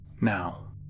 Now